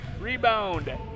Rebound